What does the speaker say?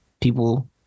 people